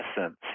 essence